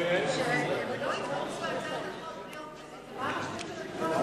חבר הכנסת גפני,